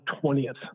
twentieth